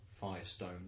Firestone